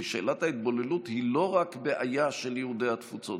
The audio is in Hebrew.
כי שאלת ההתבוללות היא לא רק בעיה של יהודי התפוצות.